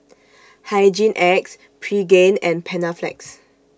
Hygin X Pregain and Panaflex